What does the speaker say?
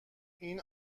این